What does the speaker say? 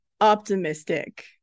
optimistic